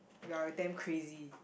we're damn crazy